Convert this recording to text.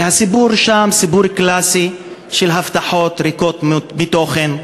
והסיפור שם סיפור קלאסי של הבטחות ריקות מתוכן,